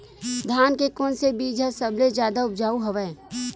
धान के कोन से बीज ह सबले जादा ऊपजाऊ हवय?